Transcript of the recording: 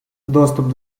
доступ